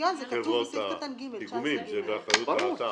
חברות הפיגומים אלא באחריות האתר.